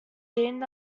dean